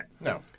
No